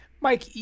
Mike